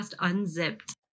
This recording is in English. Unzipped